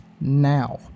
now